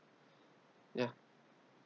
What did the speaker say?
ya